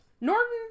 Norton